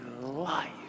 life